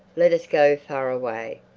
let us go far away.